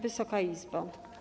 Wysoka Izbo!